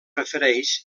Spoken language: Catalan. refereix